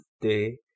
day